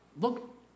look